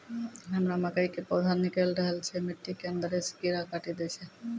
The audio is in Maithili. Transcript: हमरा मकई के पौधा निकैल रहल छै मिट्टी के अंदरे से कीड़ा काटी दै छै?